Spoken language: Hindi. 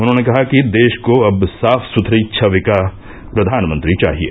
उन्होंने कहा कि देष को अब साफ सुथरी छवि का प्रधानमंत्री चाहिये